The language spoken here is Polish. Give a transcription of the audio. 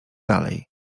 dalej